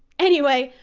anyway,